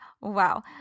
wow